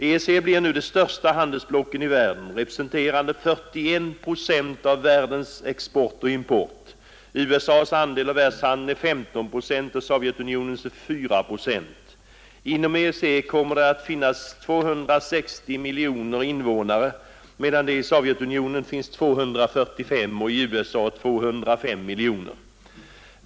EEC blir nu det största handelsblocket i världen, representerande 41 procent av världens export och import. USA :s andel av världshandeln är 15 procent och Sovjetunionens 4 procent. Inom EEC kommer att finnas 260 miljoner invånare, medan det i Sovjetunionen finns 245 miljoner och i USA 205 miljoner.